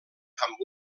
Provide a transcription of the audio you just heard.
amb